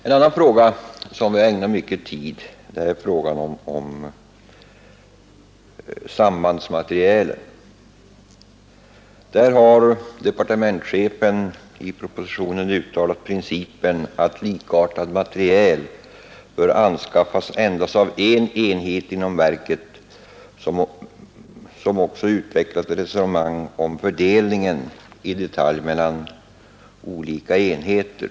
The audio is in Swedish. En annan fråga som vi ägnat mycken tid är frågan om sambandsmaterielen. Departementschefen har i propositionen förordat principen att likartad materiel bör anskaffas endast av en enhet inom verket, och han har även utvecklat ett resonemang om fördelningen i detalj mellan olika enheter.